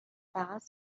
فقط